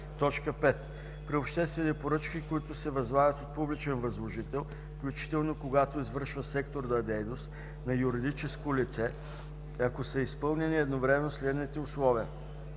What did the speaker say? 5. при обществени поръчки, които се възлагат от публичен възложител, включително когато извършва секторна дейност, на юридическо лице, ако са изпълнени едновременно следните условия: